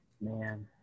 man